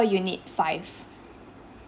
unit five